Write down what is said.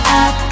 up